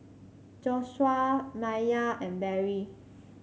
Joshuah Maiya and Barrie